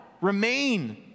remain